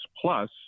Plus